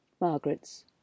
Margaret's